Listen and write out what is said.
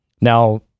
Now